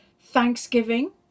thanksgiving